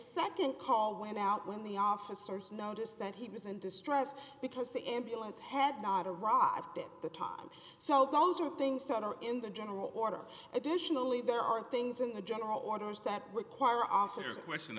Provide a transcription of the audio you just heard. a nd call went out when the officers noticed that he was in distress because the ambulance had not arrived at the time so those are things that are in the general order additionally there are things in the general orders that require o